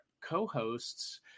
co-hosts